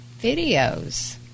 videos